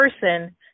person